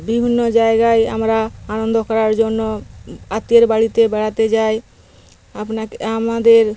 বিভিন্ন জায়গায় আমরা আনন্দ করার জন্য আত্মীয়ের বাড়িতে বেড়াতে যাই আপনাকে আমাদের